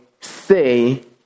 say